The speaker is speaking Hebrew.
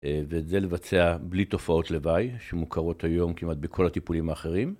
ואת זה לבצע בלי תופעות לוואי, שמוכרות היום כמעט בכל הטיפולים האחרים.